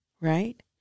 right